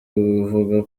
buvuga